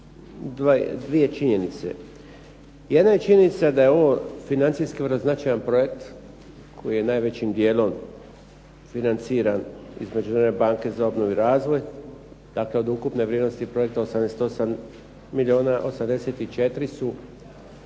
dvije činjenice. Jedna je činjenica da je ovo financijski vrlo značajan projekt koji je najvećim dijelom financiran između banke za obnovu i razvoj, dakle od ukupne vrijednosti projekta 88 milijuna, 84 su